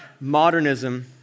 modernism